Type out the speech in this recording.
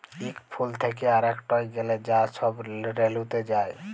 ইক ফুল থ্যাকে আরেকটয় গ্যালে যা ছব রেলুতে যায়